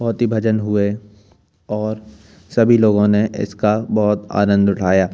बहुत ही भजन हुए और सभी लोगों ने इसका बहुत आनंद उठाया